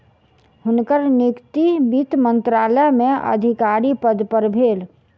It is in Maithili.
हुनकर नियुक्ति वित्त मंत्रालय में अधिकारी पद पर भेल